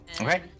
Okay